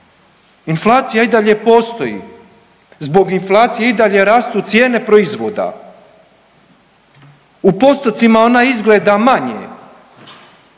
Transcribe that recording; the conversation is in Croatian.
inflacija i dalje postoje, zbog inflacije i dalje rastu cijene proizvoda, u postocima ona izgleda manje,